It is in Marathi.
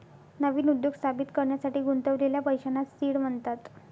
नवीन उद्योग स्थापित करण्यासाठी गुंतवलेल्या पैशांना सीड म्हणतात